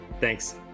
thanks